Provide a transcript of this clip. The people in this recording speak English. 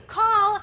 call